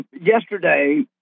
Yesterday